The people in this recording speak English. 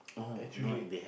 actually